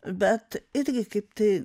bet irgi kaip tai